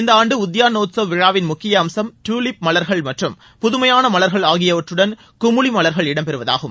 இந்த ஆண்டு உத்யாநோத்சவ் விழாவின் முக்கிய அம்சம் தூலிப் மலர்கள் மற்றும் புதுமையான மலர்கள் ஆகியவற்றுடன் குமுலி மலர்கள் இடம்பெறுவது ஆகும்